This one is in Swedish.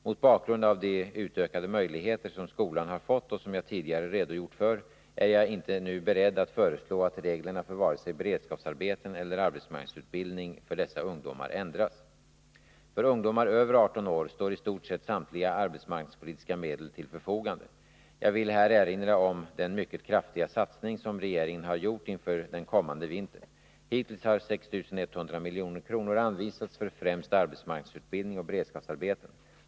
Mot bakgrund av de utökade möjligheter som skolan har fått och som jag tidigare redogjort för, är jag nu inte beredd att föreslå att reglerna för vare sig beredskapsarbeten eller arbetsmarknadsutbildning för dessa ungdomar ändras. För ungdomar över 18 år står i stort sett samtliga arbetsmarknadspolitiska medel till vårt förfogande. Jag vill här erinra om den mycket kraftiga satsning som regeringen har gjort inför den kommande vintern. Hittills har 6 100 155 milj.kr. anvisats för främst arbetsmarknadsutbildning och beredskapsarbeten.